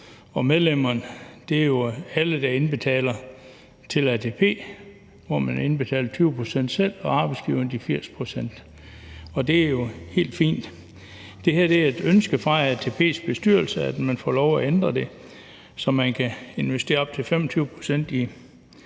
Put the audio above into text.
– medlemmerne er jo alle, der indbetaler til ATP, hvor man indbetaler 20 pct. selv og arbejdsgiverne de 80 pct. – og det er jo helt fint. Det er et ønske fra ATP's bestyrelse, at man får lov at ændre det, så man kan investere op til 25 pct.